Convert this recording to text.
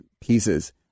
pieces